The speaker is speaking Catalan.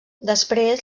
després